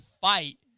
fight